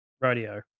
Radio